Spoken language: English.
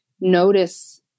notice